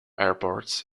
airports